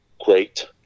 great